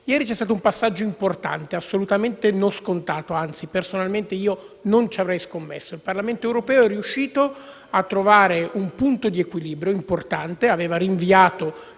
Ieri ha avuto luogo un passaggio importante e assolutamente non scontato (personalmente non ci avrei scommesso): il Parlamento europeo è riuscito a trovare un punto di equilibrio importante - dopo aver rinviato